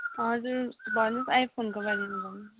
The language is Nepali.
हजुर भन्नु त आइफोनको बारेमा भन्नु न